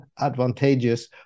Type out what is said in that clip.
advantageous